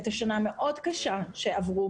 עברה שנה קשה מאוד,